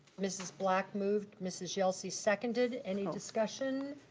mrs. black moved, mrs. yelsey seconded, any discussion?